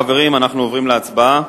חברים, אנחנו עוברים להצבעה.